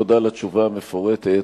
תודה על התשובה המפורטת,